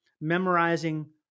memorizing